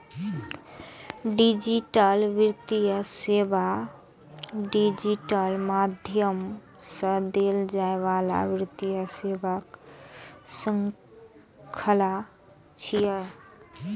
digital वित्तीय सेवा digital माध्यम सं देल जाइ बला वित्तीय सेवाक शृंखला छियै